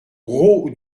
grau